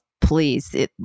please